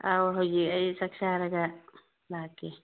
ꯑꯧ ꯍꯧꯖꯤꯛ ꯑꯩ ꯆꯥꯛ ꯆꯥꯔꯒ ꯂꯥꯛꯀꯦ